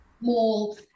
mall